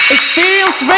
Experience